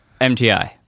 MTI